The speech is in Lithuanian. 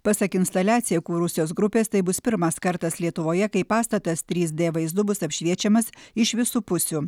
pasak instaliaciją kūrusios grupės tai bus pirmas kartas lietuvoje kai pastatas trys dė vaizdu bus apšviečiamas iš visų pusių